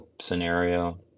scenario